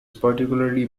particularly